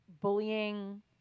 bullying